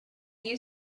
you